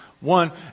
one